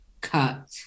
cut